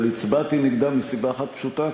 אבל הצבעתי נגדה מסיבה אחת פשוטה,